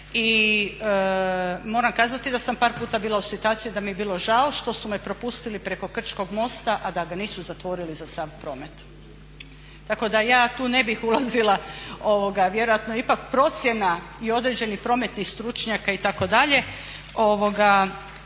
i moram kazati da sam par puta bila u situaciji da mi je bilo žao što su me pustili preko Krčkog mosta, a da ga nisu zatvorili za sav promet. Tako da ja tu ne bih ulazila vjerojatno ipak procjena i određenih prometnih stručnjaka itd. da